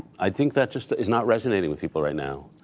i think that just is not resonating with people right now.